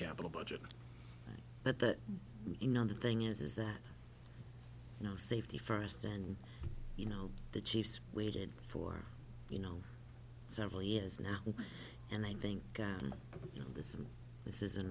capital budget but that you know the thing is is that you know safety first and you know the chiefs waited for you know several years now and i think you know this is this is an